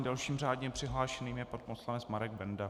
Dalším řádně přihlášeným je pan poslanec Marek Benda.